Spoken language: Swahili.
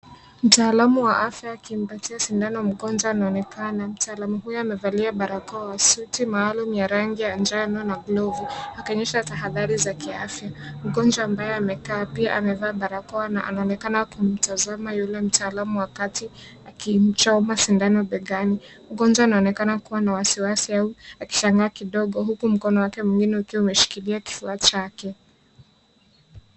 Mtaalamu wa afya akimpatia sindano mgonjwa anaonekana. Mtaalamu huyo amevalia barakoa, suti maalum ya rangi ya njano na glovu. Akionyesha tahadhari za kiafya. Mgonjwa ambaye amekaa pia akiwa na barakoa na anaonekana kuwa kumtazama yule mtaalamu wa kati akimchoma sindano begani. Mgonjwa anaonekana kuwa na wasiwasi au akishangaa kidogo huku mkono wake mwingine ukiwa umeshikilia kufua chake.